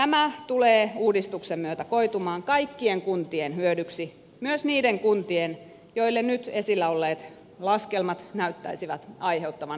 tämä tulee uudistuksen myötä koitumaan kaikkien kuntien hyödyksi myös niiden kuntien joille nyt esillä olleet laskelmat näyttäisivät aiheuttavan lisäkustannuksia